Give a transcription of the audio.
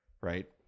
right